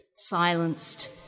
silenced